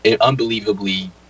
unbelievably